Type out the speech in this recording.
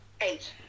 eight